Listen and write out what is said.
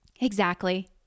Exactly